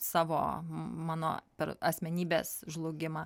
savo mano per asmenybės žlugimą